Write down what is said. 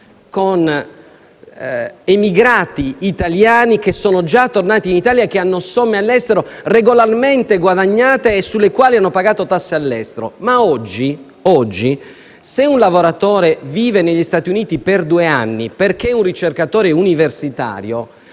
con emigrati italiani, che sono già tornati in Italia e hanno somme all'estero regolarmente guadagnate e sulle quali hanno pagato tasse all'estero, ma oggi, se un lavoratore vive negli Stati Uniti per due anni, perché è un ricercatore universitario,